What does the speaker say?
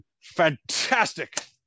Fantastic